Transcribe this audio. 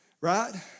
right